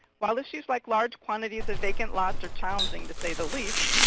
while issues like large quantities of vacant lots are challenging to say the least,